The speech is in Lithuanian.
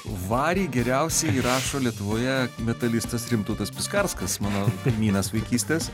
varį geriausiai įrašo lietuvoje metalistas rimtautas piskarskas mano kaimynas vaikystės